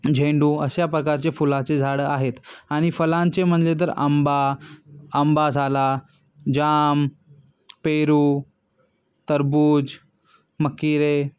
झेंडू अशा प्रकारचे फुलाचे झाडं आहेत आणि फळांचे म्हटले तर आंबा आंबा झाला जाम पेरू तरबूज मकिरे